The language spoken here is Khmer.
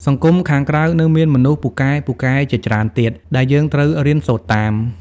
សង្គមខាងក្រៅនៅមានមនុស្សពូកែៗជាច្រើនទៀត ដែលយើងត្រូវរៀនសូត្រតាម។